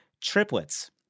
triplets